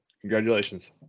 Congratulations